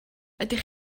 ydych